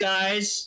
Guys